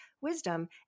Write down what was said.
wisdom